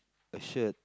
a shirt